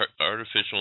artificial